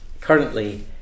currently